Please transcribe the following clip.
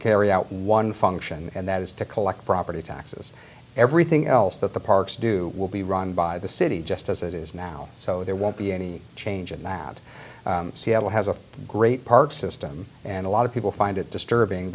carry out one function and that is to collect property taxes everything else that the parks do will be run by the city just as it is now so there won't be any change in that and seattle has a great park system and a lot of people find it disturbing